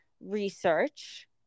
Research